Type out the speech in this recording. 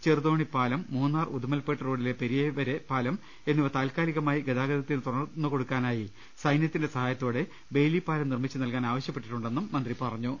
ചെറുതോണി പാലം മൂന്നാർ ഉദുമൽപേട്ട് റോഡിലെ പെരിയ വരൈ പാലം എന്നിവ താൽക്കാലികമായി ഗതാഗതത്തിന് തുറന്നു കൊടുക്കാനായി സൈനൃത്തിന്റെ സഹായത്തോടെ ബെയ്ലി പാലം നിർമ്മിച്ചു നൽകാൻ ആവശ്യപ്പെട്ടിട്ടുണ്ടെന്ന് മന്ത്രി പറഞ്ഞു